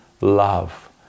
love